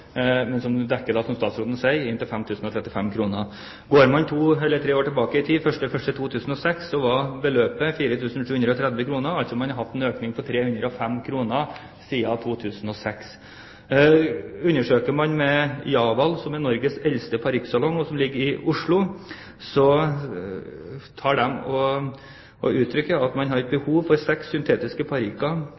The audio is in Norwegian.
som dekker, som statsråden sier, inntil 5 035 kr. Går man to eller tre år tilbake i tid, til 1. januar 2006, var beløpet 4 730 kr. Man har altså hatt en økning på 305 kr siden 2006. Ifølge Jalvad, som er Norges eldste parykksalong, og som ligger i Oslo, har man behov for seks syntetiske parykker pr. år. Det utgjør en kostnad på 3 500 kr pr. parykk, og man